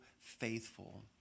faithful